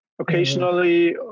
occasionally